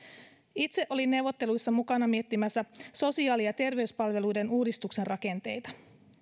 itse olin neuvotteluissa mukana miettimässä sosiaali ja terveyspalveluiden uudistuksen rakenteita